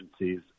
agencies